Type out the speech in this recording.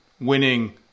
winning